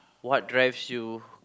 what drives you